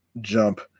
jump